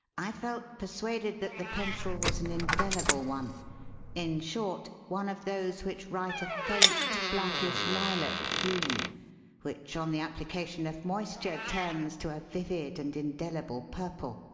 i felt persuaded that the pencil was an indelible one in short, one of those which write a faint, blackish-lilac hue which, on the application of moisture, turns to a vivid and indelible purple.